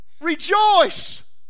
rejoice